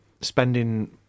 spending